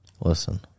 Listen